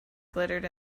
glittered